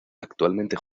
actualmente